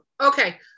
okay